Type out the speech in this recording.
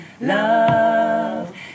love